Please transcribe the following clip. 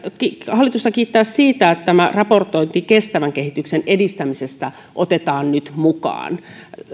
hallitusta kiittää siitä että raportointi kestävän kehityksen edistämisestä otetaan nyt mukaan